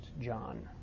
John